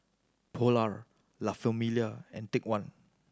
Polar La Famiglia and Take One